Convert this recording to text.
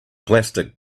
plastic